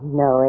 no